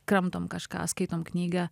kramtoe kažką skaitom knygą